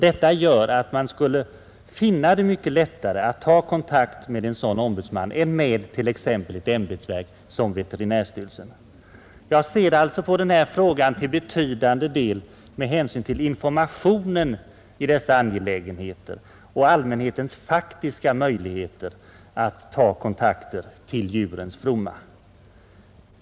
Detta gör att man skulle uppleva det mycket lättare att ta kontakt med en sådan ombudsman än med t.ex. ett ämbetsverk som veterinärstyrelsen. Jag ser alltså på frågan till betydande del med hänsyn till informationen i dessa angelägenheter och allmänhetens faktiska möjligheter att ta kontakter till djurens fromma.